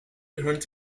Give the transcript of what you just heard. hunting